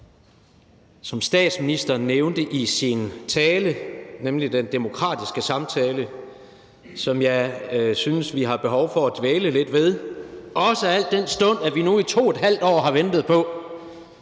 det, statsministeren nævnte i sin tale, nemlig den demokratiske samtale, som jeg synes vi har behov for at dvæle lidt ved, også al den stund at vi nu i 2½ år har ventet på